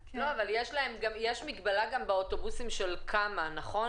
פרופ' גרוטו,